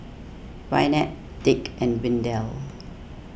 Gwyneth Dick and Windell